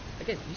Again